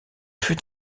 fut